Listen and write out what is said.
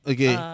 Okay